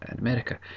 America